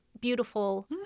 beautiful